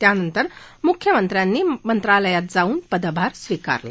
त्यानंतर म्ख्यमंत्र्यांनी मंत्रालयात जावून पदभार स्विकारला